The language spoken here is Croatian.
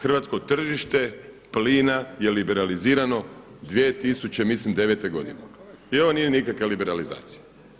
Hrvatsko tržište plina je liberalizirano dvije tisuće mislim devete godine i ovo nije nikakva liberalizacija.